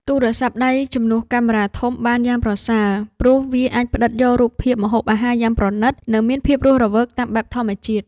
ទូរស័ព្ទដៃជំនួសកាមេរ៉ាធំបានយ៉ាងប្រសើរ ព្រោះវាអាចផ្ដិតយករូបភាពម្ហូបអាហារយ៉ាងប្រណីត និង មានភាពរស់រវើកតាមបែបធម្មជាតិ។